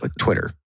Twitter